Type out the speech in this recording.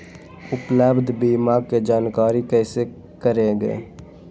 उपलब्ध बीमा के जानकारी कैसे करेगे?